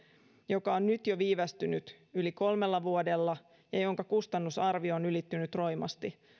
joka on nyt jo viivästynyt yli kolmella vuodella ja jonka kustannusarvio on ylittynyt roimasti